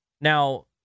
Now